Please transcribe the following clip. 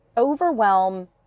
Overwhelm